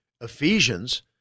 Ephesians